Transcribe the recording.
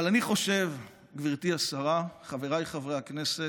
אני חושב, גברתי השרה, חבריי חברי הכנסת,